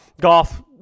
golf